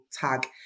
tag